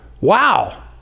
Wow